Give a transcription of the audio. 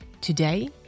Today